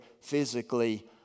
physically